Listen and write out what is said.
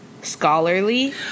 scholarly